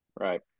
Right